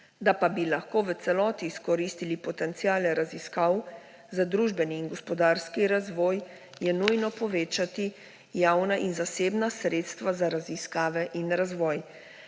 Da pa bi lahko v celoti izkoristili potenciale raziskav za družbeni in gospodarski razvoj, je nujno povečati javna in zasebna sredstva za raziskave in razvoj.